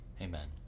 Amen